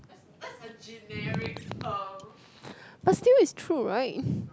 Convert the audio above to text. but still it's true right